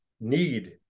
need